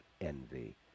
envy